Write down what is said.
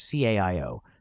CAIO